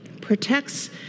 protects